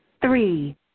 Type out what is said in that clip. Three